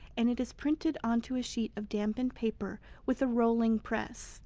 and it is printed onto a sheet of dampened paper with a rolling press